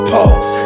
Pause